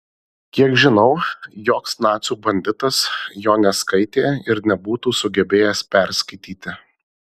kiek žinau joks nacių banditas jo neskaitė ir nebūtų sugebėjęs perskaityti